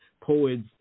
poets